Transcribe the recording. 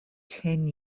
ten